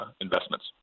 investments